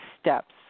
steps